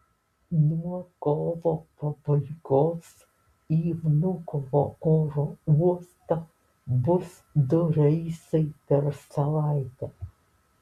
nuo kovo pabaigos į vnukovo oro uostą bus du reisai per savaitę